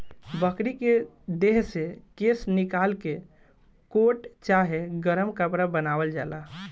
बकरी के देह से केश निकाल के कोट चाहे गरम कपड़ा बनावल जाला